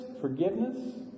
forgiveness